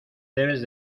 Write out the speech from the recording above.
debes